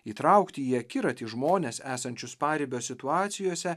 įtraukti į akiratį žmones esančius paribio situacijose